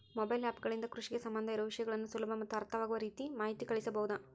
Mobile app ಗಳಿಂದ ಕೃಷಿಗೆ ಸಂಬಂಧ ಇರೊ ವಿಷಯಗಳನ್ನು ಸುಲಭ ಮತ್ತು ಅರ್ಥವಾಗುವ ರೇತಿ ಮಾಹಿತಿ ಕಳಿಸಬಹುದಾ?